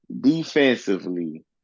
defensively